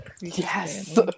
Yes